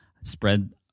spread –